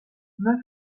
neuf